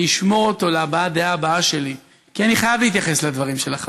אני אשמור אותו להבעת הדעה הבאה שלי כי אני חייב להתייחס לדברים שלך,